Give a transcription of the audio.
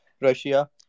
Russia